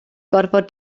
gorfod